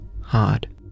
hard